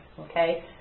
Okay